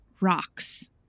rocks